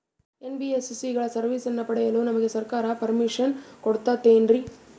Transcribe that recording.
NBSC ಗಳ ಸರ್ವಿಸನ್ನ ಪಡಿಯಲು ನಮಗೆ ಸರ್ಕಾರ ಪರ್ಮಿಷನ್ ಕೊಡ್ತಾತೇನ್ರೀ?